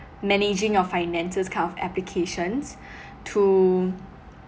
managing your finances kind of applications to